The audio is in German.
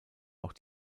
auch